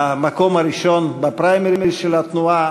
למקום הראשון בפריימריז של התנועה,